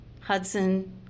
Hudson